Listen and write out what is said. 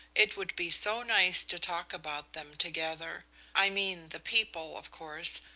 it would be so nice to talk about them together i mean the people, of course,